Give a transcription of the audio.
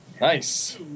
Nice